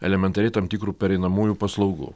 elementariai tam tikrų pereinamųjų paslaugų